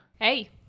Hey